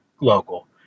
local